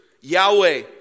Yahweh